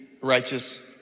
righteous